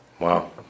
Wow